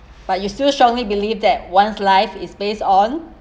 but you still strongly believe that one's life is based on